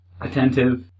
Attentive